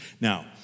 Now